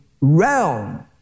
realm